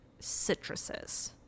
citruses